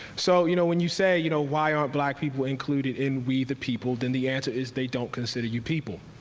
so you know when you say, you know why aren't black people included in we the people? then the answer is, they don't consider you people.